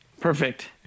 Perfect